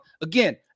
again